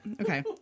Okay